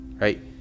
right